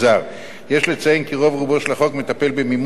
יש לציין כי רוב-רובו של החוק מטפל במימון טרור של ארגוני